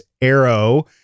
arrow